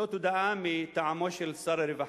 זו הודעה מטעמו של שר הרווחה,